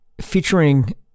featuring